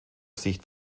sicht